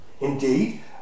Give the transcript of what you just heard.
Indeed